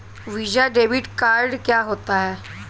Visa debit card क्या होता है?